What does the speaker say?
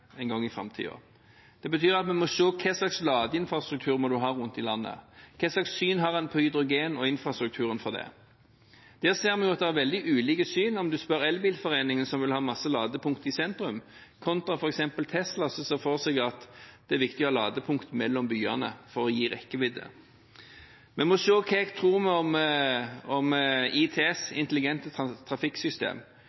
en gang i framtiden. Det betyr at vi må se på hva slags ladeinfrastruktur en må ha rundt i landet. Hva slags syn har en på hydrogen og infrastrukturen for det? Der ser vi at det er veldig ulike syn om en spør Elbilforeningen, som vil ha masse ladepunkt i sentrum, kontra f.eks. Tesla, som ser for seg at det er viktig å ha ladepunkt mellom byene, for å gi rekkevidde. Vi må se på ITS – intelligente trafikksystemer – og bruke moderne teknologi for å hjelpe folk med